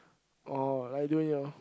oh like doing your